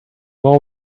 more